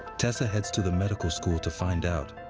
tessa heads to the medical school to find out.